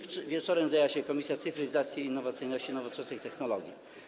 Wieczorem zajęła się nimi Komisja Cyfryzacji, Innowacyjności i Nowoczesnych Technologii.